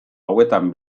hauetan